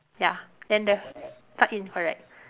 ya then the tuck in correct